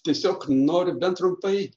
tiesiog nori bent trumpai